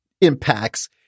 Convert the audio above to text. impacts